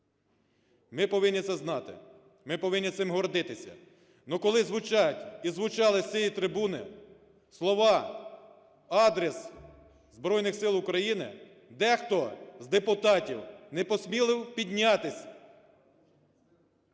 Ми повинні це знати, ми повинні цим гордитися. Але коли звучать і звучали з цієї трибуни слова на адресу Збройних Сил України, дехто з депутатів на посмів піднятись.